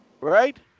right